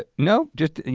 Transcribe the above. but no, just,